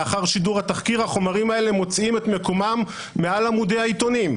לאחר שידור התחקיר החומרים האלה מוצאים את מקומם מעל עמודי העיתונים.